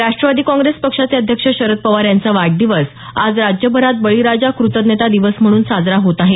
Rashtrawadi Congress पक्षाचे अध्यक्ष शरद पवार यांचा वाढदिवस आज राज्यभरात बळीराजा क्रतज्ञता दिवस म्हणून साजरा होत आहे